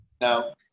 No